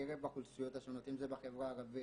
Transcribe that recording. בקרב האוכלוסיות השונות אם זה בחברה הערבית,